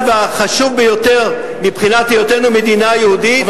והחשוב ביותר מבחינת היותנו מדינה יהודית,